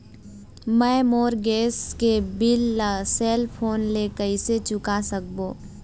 मैं मोर गैस के बिल ला सेल फोन से कइसे चुका सकबो?